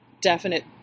definite